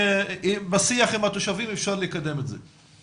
בשיח עם התושבים אפשר לקדם את זה.